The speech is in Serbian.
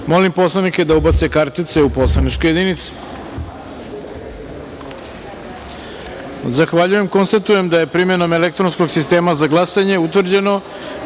poslanike da ubace kartice u poslaničke jedinice. Zahvaljujem. Konstatujem da je primenom elektronskog sistema za glasanje utvrđeno